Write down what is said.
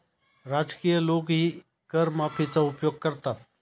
राजकीय लोकही कर माफीचा उपयोग करतात